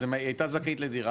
אז היא הייתה זכאית לדירה,